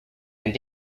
and